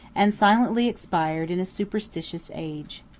and silently expired in a superstitious age.